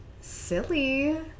Silly